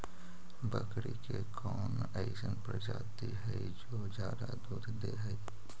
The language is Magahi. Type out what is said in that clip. बकरी के कौन अइसन प्रजाति हई जो ज्यादा दूध दे हई?